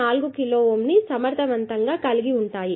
4 కిలోΩ ని సమర్థవంతంగా కలిగి ఉన్నాము